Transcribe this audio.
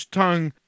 tongue